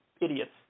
idiots